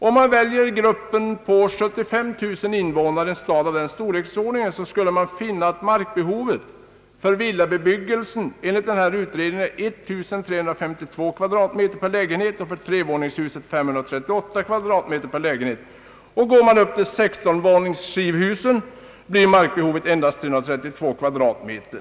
För en stad i storleksordningen 75 000 invånare skulle markbehovet för villabebyggelse enligt denna utredning vara 1352 kvadratmeter per lägenhet och för trevåningshus 538 kvadratmeter per lägenhet. Går man upp till sextonvåningars skivhus blir markbehovet endast 332 kvadratmeter.